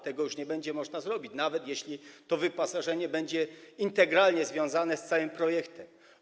Tego nie będzie można już zrobić, nawet jeśli to wyposażenie będzie integralnie związane z całym projektem.